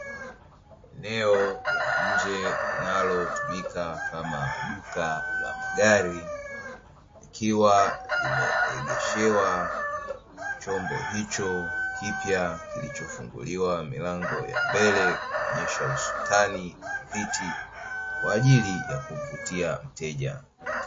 Eneo la nje linalotumika kama duka la magari, likiwa limeegeshewa chombo hicho kipya kilichofunguliwa milango ya mbele; kuonyesha usukani na viti, kwa ajili ya kumvutia mteja.